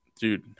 dude